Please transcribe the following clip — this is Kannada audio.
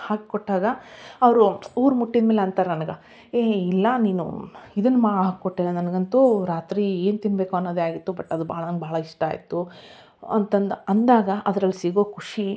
ಹಾಕಿ ಕೊಟ್ಟಾಗ ಅವರು ಊರು ಮುಟ್ಟಿದ ಮೇಲೆ ಅಂತಾರೆ ನನ್ಗೆ ಹೇ ಇಲ್ಲ ನೀನು ಇದನ್ನ ಮಾ ಹಾಕಿ ಕೊಟ್ಟವೆ ನನಗಂತೂ ರಾತ್ರಿ ಏನು ತಿನ್ನಬೇಕು ಅನ್ನೋದೆ ಆಗಿತ್ತು ಬಟ್ ಅದು ಭಾಳ ಅಂದು ಭಾಳ ಇಷ್ಟ ಆಯಿತು ಅಂತ ಅಂದು ಅಂದಾಗ ಅದರಲ್ಲಿ ಸಿಗೋ ಖುಷಿ